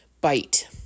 bite